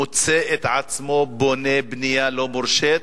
מוצא את עצמו בונה בנייה לא מורשית,